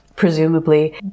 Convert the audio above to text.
Presumably